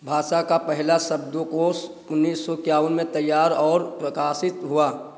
भाषा का पहला शब्दकोश उन्नीस सौ एकावन में तैयार और प्रकाशित हुआ